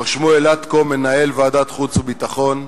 למר שמואל לטקו, מנהל ועדת החוץ והביטחון,